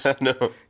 No